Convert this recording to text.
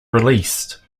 released